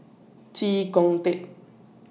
Chee Kong Tet